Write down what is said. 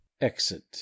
exit